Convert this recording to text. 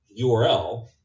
URL